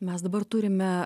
mes dabar turime